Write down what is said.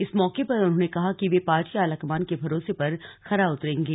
इस मौके पर उन्होंने कहा कि वे पार्टी आलाकमान के भरोसे पर खरा उतरेंगे